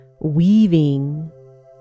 weaving